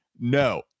No